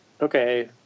okay